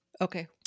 okay